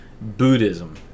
Buddhism